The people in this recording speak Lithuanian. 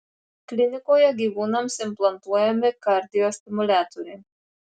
klinikoje gyvūnams implantuojami kardiostimuliatoriai